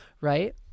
Right